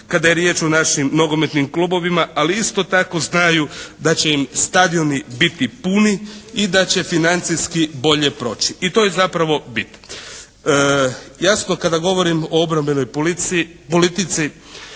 kada je riječ o našim nogometnim klubovima. Ali isto tako znaju da će im stadioni biti puni i da će financijski bolje proći. I to je zapravo bit. Jasno kada govorim o obrambenoj politici,